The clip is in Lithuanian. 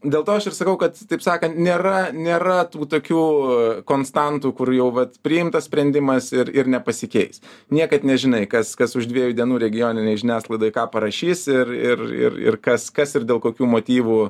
dėl to aš ir sakau kad taip sakant nėra nėra tų tokių konstantų kur jau vat priimtas sprendimas ir ir nepasikeis niekad nežinai kas kas už dviejų dienų regioninėj žiniasklaidoj ką parašys ir ir ir kas kas ir dėl kokių motyvų